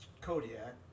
Kodiak